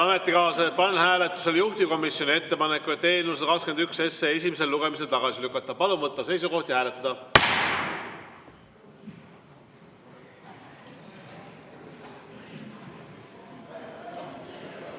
ametikaaslased, panen hääletusele juhtivkomisjoni ettepaneku eelnõu 121 esimesel lugemisel tagasi lükata. Palun võtta seisukoht ja hääletada!